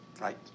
Right